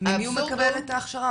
ממי הוא מקבל את ההכשרה?